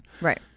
right